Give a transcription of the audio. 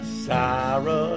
sarah